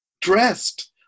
dressed